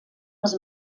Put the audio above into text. les